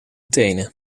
tenen